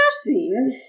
scene